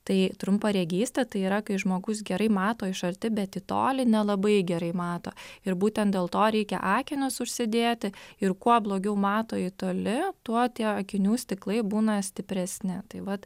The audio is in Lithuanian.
tai trumparegystė tai yra kai žmogus gerai mato iš arti bet į tolį nelabai gerai mato ir būtent dėl to reikia akinius užsidėti ir kuo blogiau mato į toli tuo tie akinių stiklai būna stipresni tai vat